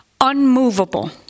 Unmovable